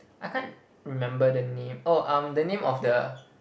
I can't remember the name oh um the name of the